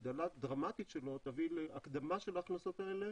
הגדלה דרמטית שלו תביא להקדמה של ההכנסות האלה